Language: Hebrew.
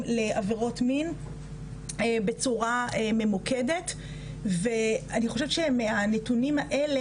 לעבירות מין בצורה ממוקדת ואני חושבת שמהנתונים האלה,